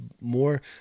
more